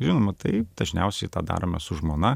žinoma tai dažniausiai tą darome su žmona